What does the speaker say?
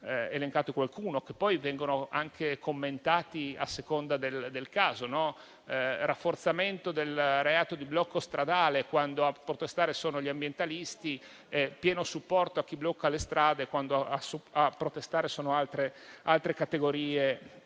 che poi vengono anche commentati a seconda del caso. C'è il rafforzamento del reato di blocco stradale, quando a protestare sono gli ambientalisti, e c'è il pieno supporto a chi blocca le strade quando a protestare sono altre categorie